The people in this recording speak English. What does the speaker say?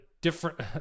different